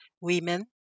women